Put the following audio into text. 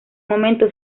momento